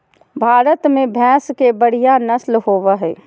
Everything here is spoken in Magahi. भारत में भैंस के बढ़िया नस्ल होबो हइ